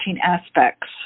aspects